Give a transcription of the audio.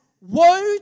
woe